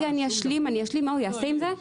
אשלים ואגיד מה הוא יעשה עם זה.